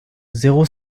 zéro